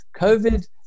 COVID